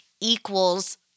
equals